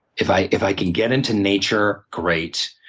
if i if i can get into nature, great,